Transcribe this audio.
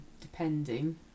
depending